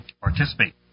participate